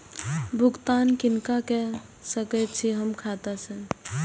भुगतान किनका के सकै छी हम खाता से?